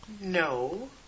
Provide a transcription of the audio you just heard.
No